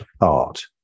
art